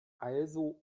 also